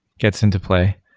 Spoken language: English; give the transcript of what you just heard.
gets into play.